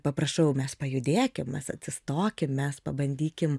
paprašau mes pajudėkim mes atsistokim mes pabandykim